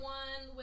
one